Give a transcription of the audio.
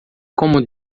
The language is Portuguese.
como